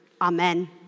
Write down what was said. Amen